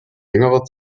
längere